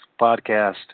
podcast